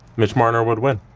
mitch marner would win.